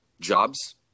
jobs